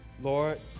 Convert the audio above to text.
Lord